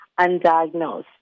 undiagnosed